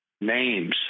names